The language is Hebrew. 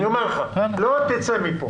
אני אומר לך, לא תצא מפה.